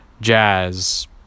jazz